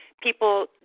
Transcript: people